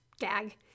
Gag